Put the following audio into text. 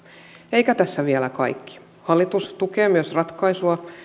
eikä tässä vielä kaikki hallitus tukee myös ratkaisua